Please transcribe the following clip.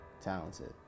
Talented